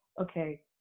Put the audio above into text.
okay